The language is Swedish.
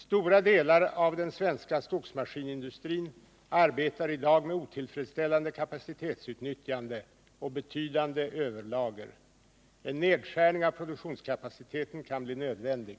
Stora delar av den svenska skogsmaskinsindustrin arbetar i dag med otillfredsställande kapacitetsutnyttjande och betydande överlager. En nedskärning av produktionskapaciteten kan bli nödvändig.